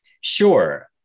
Sure